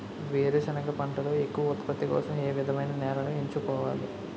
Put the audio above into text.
వేరుసెనగ పంటలో ఎక్కువ ఉత్పత్తి కోసం ఏ విధమైన నేలను ఎంచుకోవాలి?